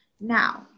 Now